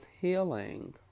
healing